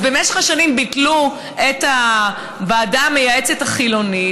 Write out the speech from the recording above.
במשך השנים ביטלו את הוועדה המייעצת החילונית